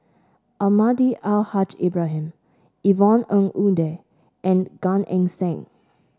Almahdi Al Haj Ibrahim Yvonne Ng Uhde and Gan Eng Seng